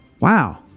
Wow